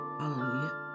hallelujah